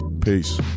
Peace